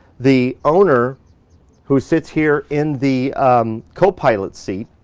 the owner who sits here in the copilot seat,